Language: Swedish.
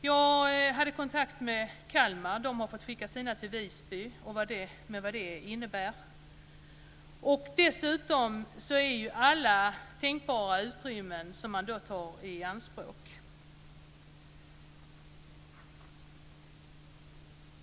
Jag hade kontakt med Kalmar. De har fått skicka sina intagna till Visby, med vad det innebär. Dessutom tar man alla tänkbara utrymmen i anspråk.